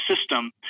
system